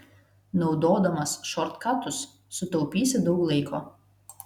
naudodamas šortkatus sutaupysi daug laiko